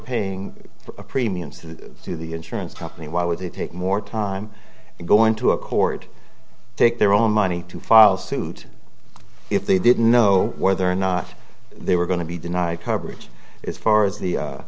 sue the insurance company why would they take more time and go into a court take their own money to file suit if they didn't know whether or not they were going to be denied coverage as far as the e